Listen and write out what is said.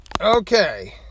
Okay